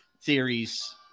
theories